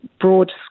broad